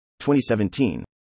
2017